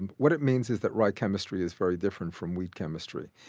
and what it means is that rye chemistry is very different from wheat chemistry.